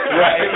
right